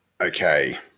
Okay